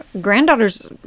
granddaughters